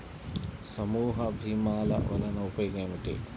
సమూహ భీమాల వలన ఉపయోగం ఏమిటీ?